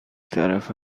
طرفه